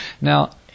Now